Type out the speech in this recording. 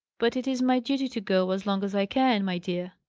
but it is my duty to go as long as i can, my dear.